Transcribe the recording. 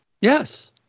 Yes